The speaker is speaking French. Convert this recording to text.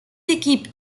équipes